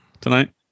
Tonight